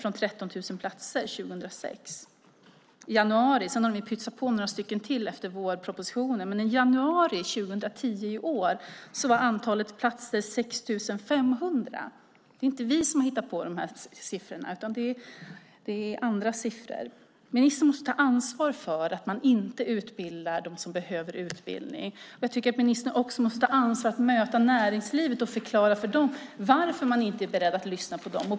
Det var 13 000 platser 2006. De har pytsat på några stycken efter vårpropositionen, men i januari 2010 var antalet platser 6 500. Det är inte vi som har hittat på de här siffrorna, utan det är andra siffror. Ministern måste stå till svars för att man inte utbildar dem som behöver utbildning. Ministern måste också ta ansvar för att möta näringslivet och förklara varför man inte är beredd att lyssna på dem.